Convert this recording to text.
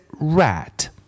rat